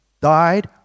died